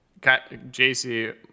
JC